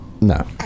no